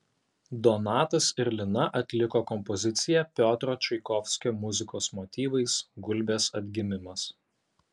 donatas ir lina atliko kompoziciją piotro čaikovskio muzikos motyvais gulbės atgimimas